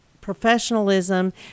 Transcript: professionalism